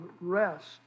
rest